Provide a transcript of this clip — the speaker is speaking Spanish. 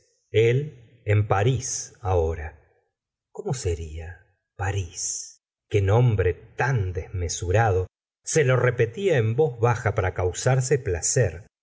el en parís ahora cómo i seria parís qué nombre tan desmesurado se lo repetía en voz baja para causarse placer